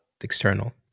external